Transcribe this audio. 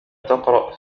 تقرأ